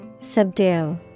Subdue